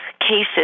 cases